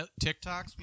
tiktoks